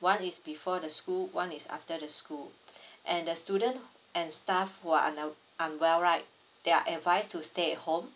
one is before the school one is after the school and the student and staff were un~ unwell right they are advised to stay at home